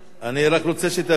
אני רוצה שתבין